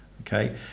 Okay